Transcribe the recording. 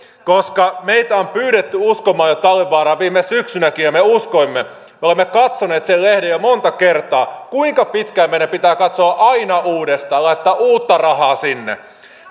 koska meitä on pyydetty uskomaan talvivaaraan viime syksynäkin ja me uskoimme me olemme katsoneet sen lehden jo monta kertaa kuinka pitkään meidän pitää katsoa aina uudestaan laittaa uutta rahaa sinne